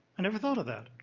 i never thought of that.